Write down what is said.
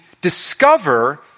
discover